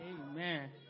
Amen